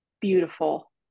beautiful